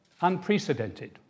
unprecedented